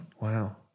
Wow